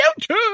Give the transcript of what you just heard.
YouTube